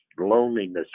loneliness